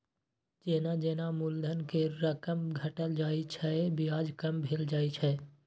जेना जेना मूलधन के रकम घटल जाइ छै, ब्याज कम भेल जाइ छै